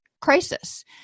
crisis